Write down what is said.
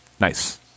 Nice